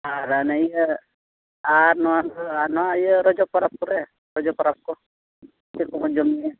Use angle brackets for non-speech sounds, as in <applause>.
ᱟᱨ ᱦᱟᱱᱮ ᱤᱭᱟᱹ ᱟᱨ ᱱᱚᱣᱟ <unintelligible> ᱟᱨ ᱱᱚᱣᱟ ᱤᱭᱟᱹ ᱨᱚᱡᱚ ᱯᱟᱨᱟᱵᱽ ᱠᱚᱨᱮ ᱨᱚᱡᱚ ᱯᱟᱨᱟᱵᱽᱠᱚ ᱪᱮᱫᱠᱚᱵᱚᱱ ᱡᱚᱢᱼᱧᱩᱭᱟ